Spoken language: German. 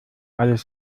alles